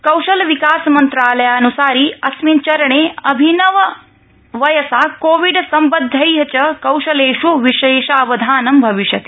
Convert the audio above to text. कौशलविकासमन्त्रालयान्सारि अस्मिन् चरणे अभिनववयसा कोविड् सम्बद्धै च कौशलेष् विशेषावधानं भविष्यति